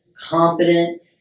competent